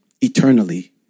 eternally